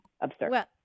absurd